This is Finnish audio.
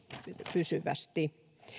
pysyvästi